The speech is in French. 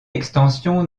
extension